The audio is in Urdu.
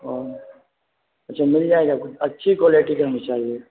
اور اچھا مل جائے گا کچھ اچھی کوالٹی کا ہمیں چاہیے